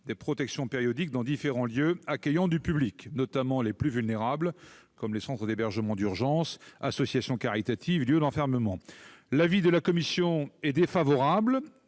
de protections périodiques dans différents lieux accueillant du public, notamment les plus vulnérables, comme les centres d'hébergement d'urgence, les associations caritatives et les lieux d'enfermement. La commission a émis un avis défavorable.